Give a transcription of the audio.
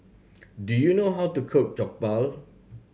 do you know how to cook Jokbal